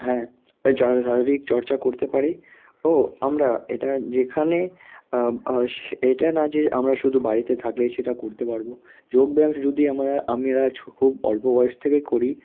হ্যাঁ শারীরিক চর্চা করতে পারি ও আমরা এটা যেখানে আস এটা না যে আমরা শুধু বাড়িতে থাকলেই সেটা করতে পারবো যোগব্যায়াম সে যদি আমরা ছু খুব অল্প বয়স থেকে করি